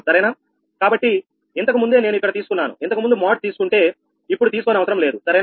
కాబట్టి ఇంతకు ముందే నేను ఇక్కడ తీసుకున్నాను ఇంతకుముందు మోడ్ తీసుకుంటే ఇప్పుడు తీసుకోనవసరం లేదు సరేనా